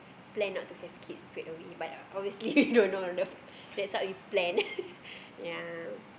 plan out to have kids straight away but obviously we do not know the that's what we planned ya